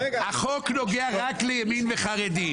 החוק נוגע רק לימין וחרדים.